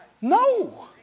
No